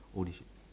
holy shit